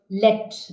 let